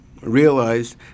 realized